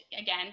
again